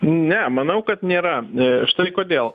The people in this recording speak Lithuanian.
ne manau kad nėra štai kodėl